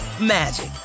magic